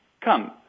come